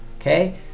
Okay